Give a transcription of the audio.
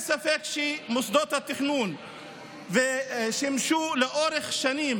ספק שמוסדות התכנון שימשו לאורך שנים,